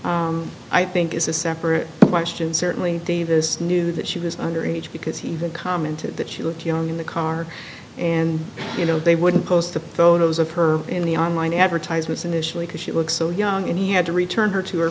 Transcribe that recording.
influence i think is a separate question certainly davis knew that she was under age because he even commented that she looked young in the car and you know they wouldn't post the photos of her in the online advertisements initially because she looks so young and he had to return her to her